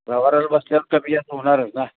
व्यवहाराला बसल्यावर कमी जास्त होणारच ना